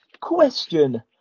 Question